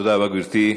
תודה רבה, גברתי.